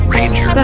Ranger